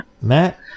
matt